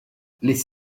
les